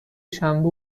شنبه